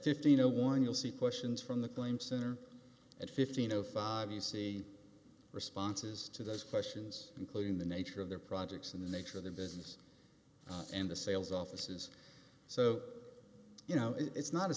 fifteen zero one you'll see questions from the claims center at fifteen of the sea responses to those questions including the nature of their projects and the nature of the business and the sales offices so you know it's